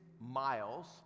miles